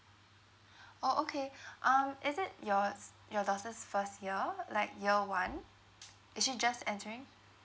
orh okay um is it yours your daughter's first year like year one is she just entering